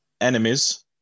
enemies